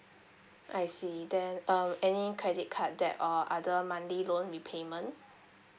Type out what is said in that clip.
I see then um any credit card debt or other monthly loan repayment